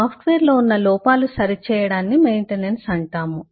సాఫ్ట్వేర్లో ఉన్న లోపాలు సరిచేయడాన్ని మెయింటెనెన్స్ అంటాము